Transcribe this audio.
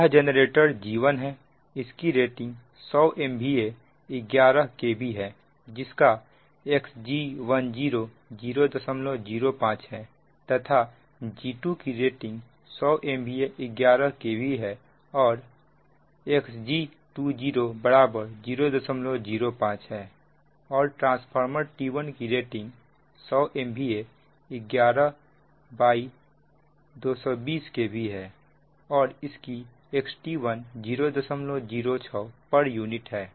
यह generator G1 है इसकी रेटिंग 100 MVA 11 KVहै जिसका Xg10 005 है तथा G2 की रेटिंग 100 MVA 11 KV है और Xg20 005 है और ट्रांसफार्मर T1 की रेटिंग 100 MVA 11 220 KV है और इसकी XT1 006 pu है